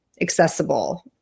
accessible